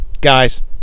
guys